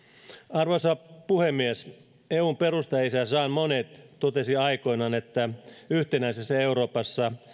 arvoisa puhemies eun perustajaisä jean monnet totesi aikoinaan että yhtenäisessä euroopassa